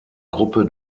gruppe